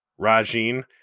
Rajin